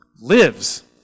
lives